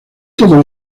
todo